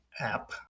app